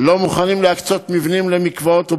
לא מוכנים להקצות מבנים למקוואות ובתי-כנסת,